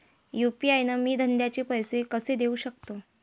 UPI न मी धंद्याचे पैसे कसे देऊ सकतो?